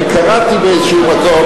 אני קראתי באיזשהו מקום,